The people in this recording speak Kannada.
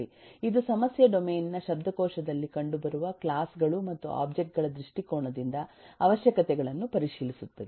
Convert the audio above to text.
ಇದು ಸಮಸ್ಯೆ ಡೊಮೇನ್ ನ ಶಬ್ದಕೋಶದಲ್ಲಿ ಕಂಡುಬರುವ ಕ್ಲಾಸ್ ಗಳು ಮತ್ತು ಒಬ್ಜೆಕ್ಟ್ ಗಳ ದೃಷ್ಟಿಕೋನದಿಂದ ಅವಶ್ಯಕತೆಗಳನ್ನು ಪರಿಶೀಲಿಸುತ್ತದೆ